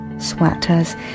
Sweaters